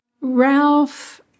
Ralph